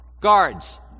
Guards